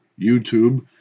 YouTube